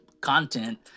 content